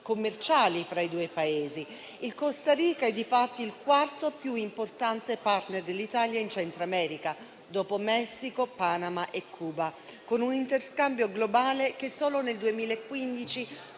commerciali fra i due Paesi. La Costa Rica è difatti il quarto più importante *partner* dell'Italia in Centro America, dopo Messico, Panama e Cuba, con un interscambio globale che solo nel 2015